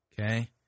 okay